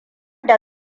da